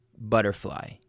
butterfly